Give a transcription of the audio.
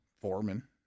Foreman